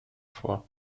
vor